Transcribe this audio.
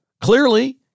clearly